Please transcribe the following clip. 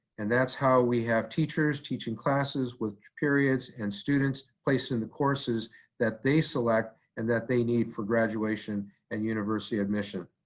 and that's how we have teachers teaching classes with periods and students placed in the courses that they select and that they need for graduation and university admission.